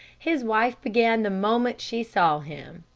his wife began the moment she saw him.